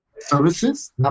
services